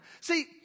See